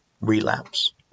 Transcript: relapse